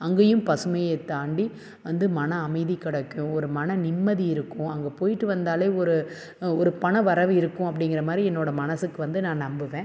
அங்கேயும் பசுமையை தாண்டி வந்து மன அமைதி கிடைக்கும் ஒரு மன நிம்மதி இருக்கும் அங்கே போய்ட்டு வந்தாலே ஒரு ஒரு பண வரவு இருக்கும் அப்படிங்குற மாதிரி என்னோடய மனதுக்கு வந்து நான் நம்புவேன்